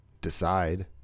decide